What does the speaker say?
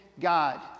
God